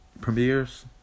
premieres